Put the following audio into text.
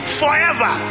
forever